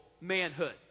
manhood